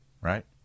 right